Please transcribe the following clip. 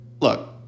Look